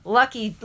lucky